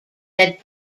that